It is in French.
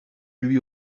lui